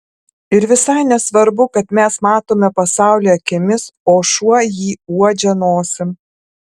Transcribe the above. ir visai nesvarbu kad mes matome pasaulį akimis o šuo jį uodžia nosim